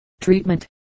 treatment